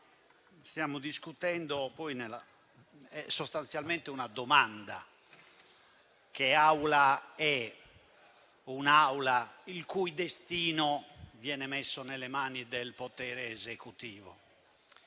stiamo discutendo, sostanzialmente, è una domanda. Che Aula è quella il cui destino viene messo nelle mani del potere esecutivo?